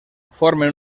formen